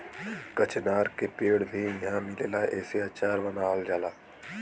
कचनार के पेड़ भी इहाँ मिलेला एसे अचार बनावल जाला